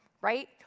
right